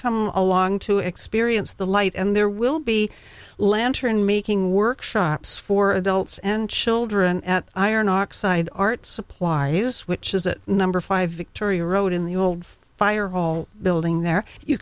come along to experience the light and there will be a lantern making workshops for adults and children at iron oxide art supplies which is it number five victoria road in the old fire hall building there you